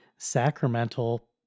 sacramental